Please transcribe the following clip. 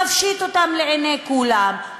מפשיט אותם לעיני כולם,